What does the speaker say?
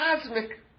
cosmic